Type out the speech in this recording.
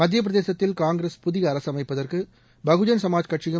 மத்தியப்பிரதேசத்தில் காங்கிரஸ் புதிய அரசு அமைப்பதற்கு பகுஜன் சமாஜ்கட்சியும்